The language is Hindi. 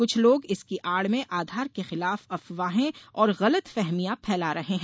कुछ लोग इसकी आड़ में आधार के खिलाफ अफवाहें और गलतफहमियां फैला रहे हैं